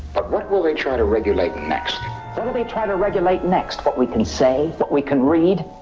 but what will they try to regulate next? what will they try to regulate next? what we can say, what we can read?